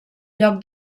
lloc